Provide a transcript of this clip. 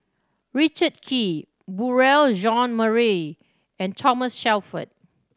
Richard Kee Beurel Jean Marie and Thomas Shelford